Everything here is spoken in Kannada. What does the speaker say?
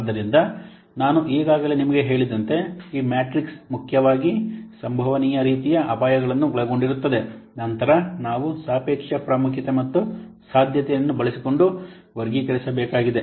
ಆದ್ದರಿಂದ ನಾನು ಈಗಾಗಲೇ ನಿಮಗೆ ಹೇಳಿದಂತೆ ಈ ಮ್ಯಾಟ್ರಿಕ್ಸ್ ಮುಖ್ಯವಾಗಿ ಸಂಭವನೀಯ ರೀತಿಯ ಅಪಾಯಗಳನ್ನು ಒಳಗೊಂಡಿರುತ್ತದೆ ನಂತರ ನಾವು ಸಾಪೇಕ್ಷ ಪ್ರಾಮುಖ್ಯತೆ ಮತ್ತು ಸಾಧ್ಯತೆಯನ್ನು ಬಳಸಿಕೊಂಡು ವರ್ಗೀಕರಿಸಬೇಕಾಗಿದೆ